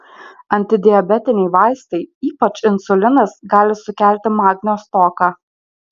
antidiabetiniai vaistai ypač insulinas gali sukelti magnio stoką